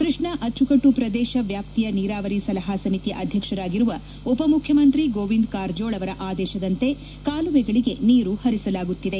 ಕೃಷ್ಣ ಅಚ್ಚುಕಟ್ಟು ಪ್ರದೇಶ ವ್ಯಾಪ್ತಿಯ ನೀರಾವರಿ ಸಲಹಾ ಸಮಿತಿ ಅಧ್ಯಕ್ಷರಾಗಿರುವ ಉಪಮುಖ್ಯಮಂತ್ರಿ ಗೋವಿಂದ ಕಾರಜೋಳ ಅವರ ಆದೇಶದಂತೆ ಕಾಲುವೆಗಳಗೆ ನೀರು ಹರಿಸಲಾಗುತ್ತಿದೆ